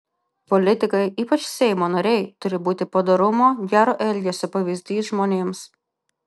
politikai ypač seimo nariai turi būti padorumo gero elgesio pavyzdys žmonėms